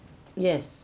yes